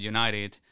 United